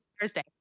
thursday